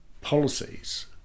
policies